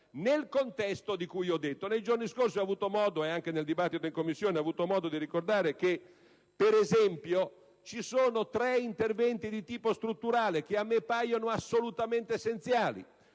nel contesto di cui ho detto. Nei giorni scorsi e nel dibattito in Commissione ho avuto modo di ricordare che, ad esempio, ci sono tre interventi di tipo strutturale che a me paiono assolutamente essenziali: